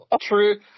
true